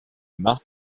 mars